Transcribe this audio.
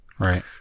Right